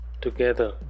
together